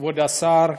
כבוד השר,